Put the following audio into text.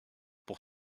pour